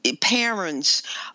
parents